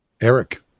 Eric